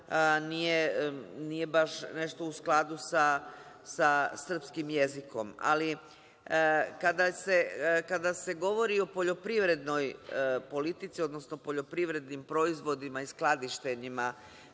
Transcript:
nije baš nešto u skladu sa srpskim jezikom. Kada se govori o poljoprivrednoj politici, odnosno politici poljoprivrednim proizvodima i skladištenjima